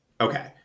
Okay